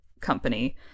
company